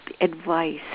advice